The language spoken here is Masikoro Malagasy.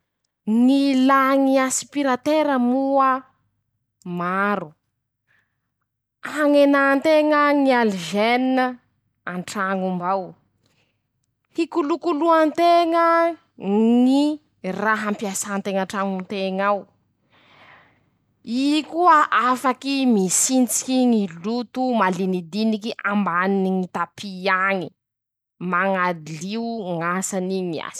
Ñy ilà ñy aspiratera moa. maro: -Hañenan-teña ñy algène an-traño mbao. -Hikolokoloan-teña ñy raha ampiasan-teña an-trañonteña ao. I koa afaky misintsiky ñy loto malinidiniky ambaniny ñy tapy añy. -Mañalio ñy asany ñy aspiratera.